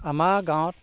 আমাৰ গাঁৱত